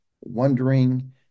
wondering